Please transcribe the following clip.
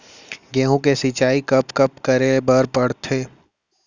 गेहूँ के सिंचाई कब कब करे बर पड़थे?